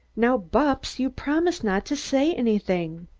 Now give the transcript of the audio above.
now, bupps, you promised not to say anything.